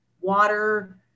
water